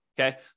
Okay